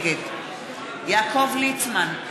נגד יעקב ליצמן,